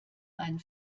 einen